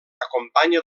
acompanya